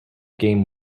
game